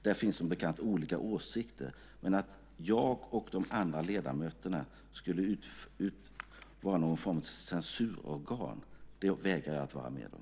Där finns som bekant olika åsikter, men att jag och de andra ledamöterna skulle utgöra någon form av censurorgan vägrar jag att vara med om.